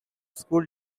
school